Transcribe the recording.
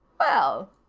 well,